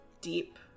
deep